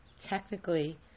technically